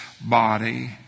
body